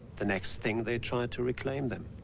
the next thing they tried to reclaim them.